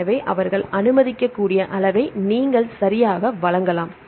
எனவே அவர்கள் அனுமதிக்கக்கூடிய அளவை நீங்கள் சரியாக வழங்கலாம்